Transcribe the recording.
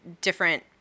different